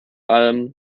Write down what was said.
alm